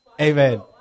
Amen